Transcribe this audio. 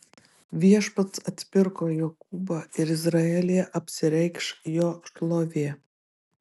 viešpats atpirko jokūbą ir izraelyje apsireikš jo šlovė